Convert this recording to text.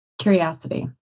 Curiosity